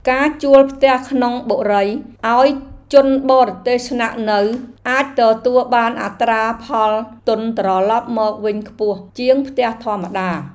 ការជួលផ្ទះក្នុងបុរីឱ្យជនបរទេសស្នាក់នៅអាចទទួលបានអត្រាផលទុនត្រឡប់មកវិញខ្ពស់ជាងផ្ទះធម្មតា។